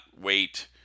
wait